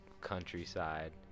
countryside